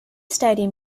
stadium